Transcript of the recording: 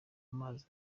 mazi